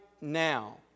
now